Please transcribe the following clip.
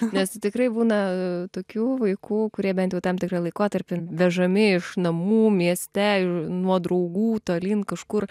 nes tikrai būna tokių vaikų kurie bent jau tam tikrą laikotarpį vežami iš namų mieste ir nuo draugų tolyn kažkur